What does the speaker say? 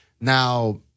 Now